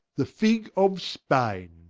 the figge of spaine.